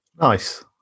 Nice